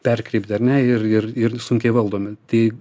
perkreipti ar ne ir ir ir sunkiai valdomi tai